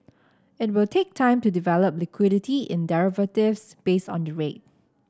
it will take time to develop liquidity in derivatives based on the rate